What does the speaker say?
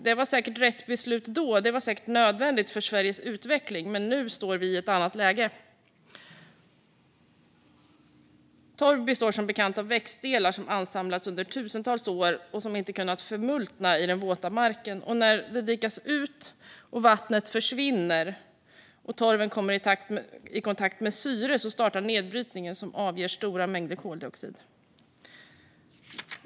Det var säkert rätt beslut då. Det var säkert nödvändigt för Sveriges utveckling. Nu står vi dock i ett annat läge. Torv består som bekant av växtdelar som ansamlats under tusentals år och som inte kunnat förmultna i den våta marken. När den dikas ut, vattnet försvinner och torven kommer i kontakt med syre startar en nedbrytning som avger stora mängder koldioxid.